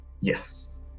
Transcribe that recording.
Yes